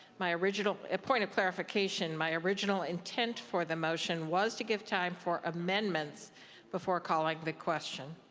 my original point of clarification. my original intents for the motion was to give time for amendments before calling like the question.